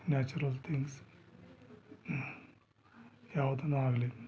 natural things ಯಾವುದು ಆಗಲಿ